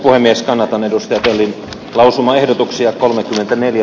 puhemies kanadan edustajat eli lausuma ehdotuksia kolme sataneljä